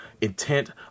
intent